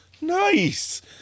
Nice